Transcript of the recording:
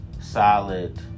solid